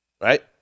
Right